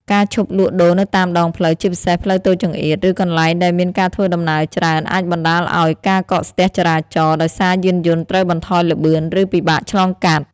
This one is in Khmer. ការឈប់លក់ដូរនៅតាមដងផ្លូវ ជាពិសេសផ្លូវតូចចង្អៀត ឬកន្លែងដែលមានការធ្វើដំណើរច្រើន អាចបណ្ដាលឲ្យ ការកកស្ទះចរាចរណ៍ ដោយសារយានយន្តត្រូវបន្ថយល្បឿន ឬពិបាកឆ្លងកាត់។